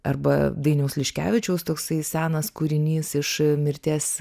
arba dainiaus liškevičiaus toksai senas kūrinys iš mirties